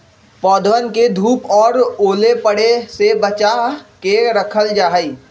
पौधवन के धूप और ओले पड़े से बचा के रखल जाहई